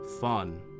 fun